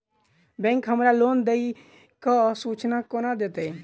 Bank हमरा loan देय केँ सूचना कोना देतय?